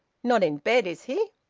not in bed, is he?